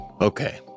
okay